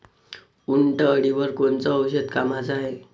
उंटअळीवर कोनचं औषध कामाचं हाये?